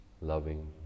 loving